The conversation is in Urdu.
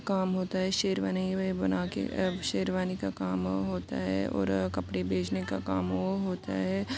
کام ہوتا ہے شیروانی وے بنا کے شیروانی کا کام ہوتا ہے اور کپڑے بیچنے کا کام وہ ہوتا ہے